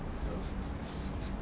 அடுத்த வாரம்:adutha vaaram